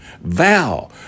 Vow